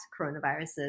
coronaviruses